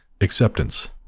acceptance